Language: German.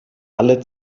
alle